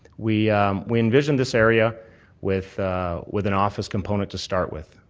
we we envisioned this area with with an office component to start with.